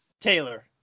Taylor